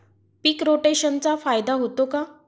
पीक रोटेशनचा फायदा होतो का?